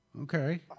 okay